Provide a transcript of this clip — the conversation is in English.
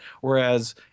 Whereas